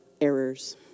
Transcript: errors